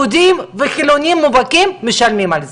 יהודים וחילוניים מובהקים משלמים על זה.